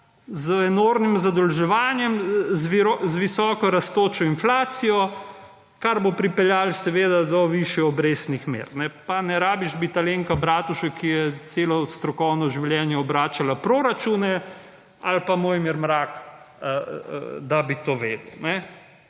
Z enormnim zadolževanjem, z visoko rastočo inflacijo, kar bo pripeljal seveda do višjih obrestnih mer, pa ne rabiš bit Alenka Bratušek, ki je celo strokovno življenje obračala proračune ali pa Mojmir Mrak, da bi to vedel.